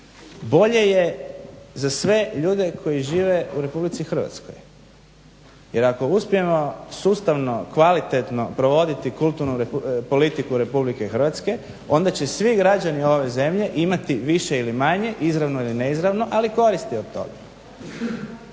Bolje je za sve ljude koji žive u RH jer ako uspijemo sustavno kvalitetno provoditi kulturnu politiku RH onda će svi građani ove zemlje imati više ili manje, izravno ili neizravno ali koristi od toga.